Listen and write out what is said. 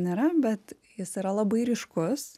nėra bet jis yra labai ryškus